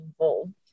involved